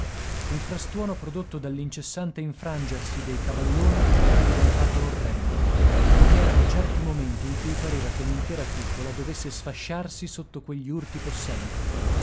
il frastuono prodotto dall'incessante infrangersi dei cavalloni era diventato orrendo i erano certi momenti in cui pareva che l'intera cupola dovesse sfasciarsi sotto quegli urti possenti